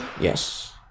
yes